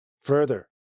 Further